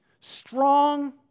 strong